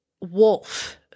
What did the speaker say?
wolf